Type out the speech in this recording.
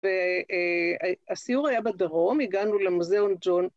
והסיור היה בדרום, הגענו למוזיאון ג'ון